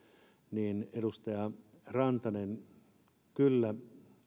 niin edustaja rantanen kyllä